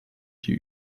die